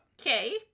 Okay